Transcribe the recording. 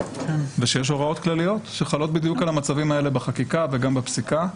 ושיש הוראות כלליות שחלות בדיוק על המצבים האלה בחקיקה וגם בפסיקה.